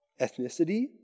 ethnicity